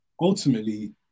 ultimately